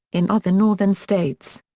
in other northern states.